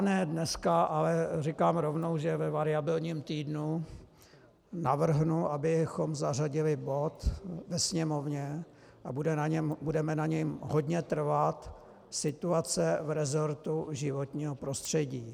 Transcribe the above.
Ne dnes, ale říkám rovnou, že ve variabilním týdnu navrhnu, abychom zařadili bod ve Sněmovně, a budeme na něm hodně trvat, Situace v resortu životního prostředí.